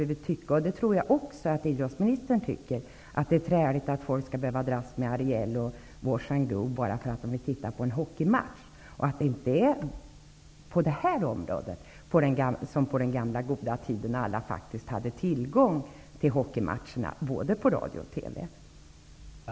Visst är det träligt att man skall behöva dras med reklam om Ariel och Wash & go-produkter bara för att man vill titta på en hockeymatch. På det här området är det inte som det var på den gamla goda tiden, då alla faktiskt hade tillgång till hockeymatcher både i radio och i TV.